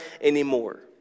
anymore